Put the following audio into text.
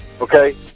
Okay